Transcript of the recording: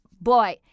boy